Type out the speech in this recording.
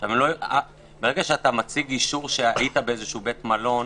ברגע שאתה מציג אישור שהיית באיזשהו בית מלון,